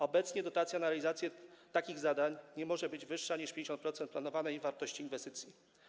Obecnie dotacja na realizację takich zadań nie może być wyższa niż 50% planowanej wartości inwestycji.